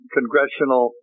Congressional